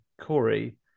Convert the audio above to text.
Corey